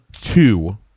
two